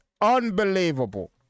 unbelievable